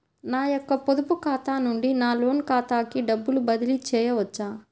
నా యొక్క పొదుపు ఖాతా నుండి నా లోన్ ఖాతాకి డబ్బులు బదిలీ చేయవచ్చా?